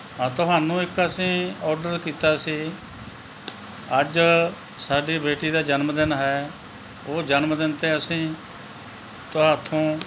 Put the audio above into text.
ਆਹ ਤੁਹਾਨੂੰ ਇੱਕ ਅਸੀਂ ਆਰਡਰ ਕੀਤਾ ਸੀ ਅੱਜ ਸਾਡੀ ਬੇਟੀ ਦਾ ਜਨਮਦਿਨ ਹੈ ਉਹ ਜਨਮਦਿਨ ਅਤੇ ਅਸੀਂ ਤੁਹਾਥੋਂ